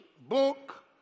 book